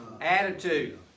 Attitude